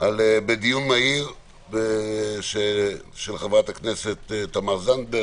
בדיון מהיר של חברת הכנסת תמר זנדברג,